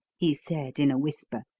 he said in a whisper.